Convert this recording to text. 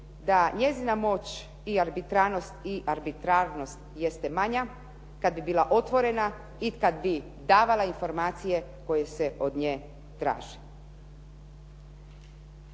da njezina moć i arbitrarnost jeste manja kad bi bila otvorena i kad bi davala informacije koje se od nje traže.